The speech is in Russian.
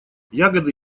ягоды